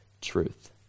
truth